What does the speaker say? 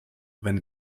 when